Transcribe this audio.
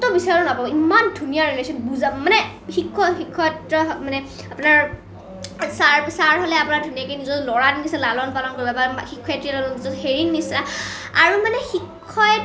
ক'তো বিচাৰি নাপাব ইমান ধুনীয়া ৰিলেচন মানে শিক্ষক শিক্ষয়িত্ৰী মানে আপোনাৰ চাৰ চাৰ হ'লে আপোনাৰ ধুনীয়াকৈ নিজৰ ল'ৰা নিচিনাকৈ লালন পালন কৰিব বা শিক্ষয়িত্ৰীয়ে হেৰি নিচিনা আৰু মানে শিক্ষয়িত্ৰী